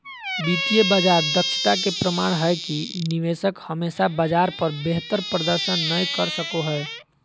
वित्तीय बाजार दक्षता के प्रमाण हय कि निवेशक हमेशा बाजार पर बेहतर प्रदर्शन नय कर सको हय